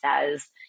says